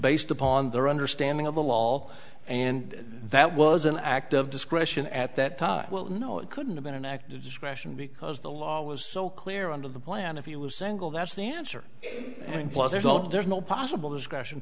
based upon their understanding of the law and that was an act of discretion at that time well no it couldn't have been an act of discretion because the law was so clear under the plan if it was single that's the answer plus there's no there's no possible discussion